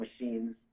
machines